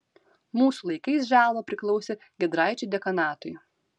mūsų laikais želva priklausė giedraičių dekanatui